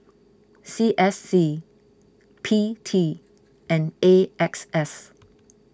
C S C P T and A X S